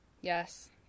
Yes